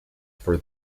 for